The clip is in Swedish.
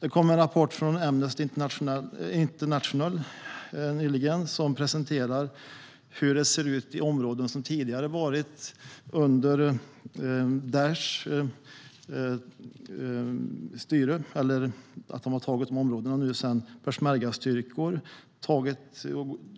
Det kom nyligen en rapport från Amnesty International som presenterar hur det ser ut i områden som tidigare varit under Daishs styre men där sedan peshmergastyrkor